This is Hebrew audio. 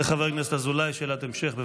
לחבר הכנסת אזולאי שאלת המשך.